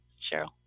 Cheryl